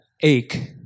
ache